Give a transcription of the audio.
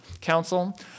council